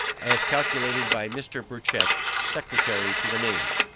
as calculated by mr. burchett, secretary to the navy.